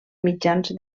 mitjans